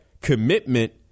Commitment